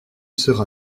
sera